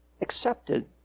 Accepted